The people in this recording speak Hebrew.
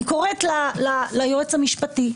אני קוראת ליועץ המשפטי,